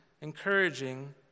encouraging